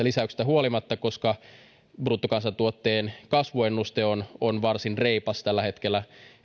lisäyksistä huolimatta koska bruttokansantuotteen kasvuennuste ensi vuodelle on varsin reipas tällä hetkellä